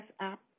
app